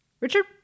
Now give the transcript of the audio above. Richard